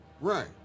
Right